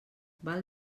val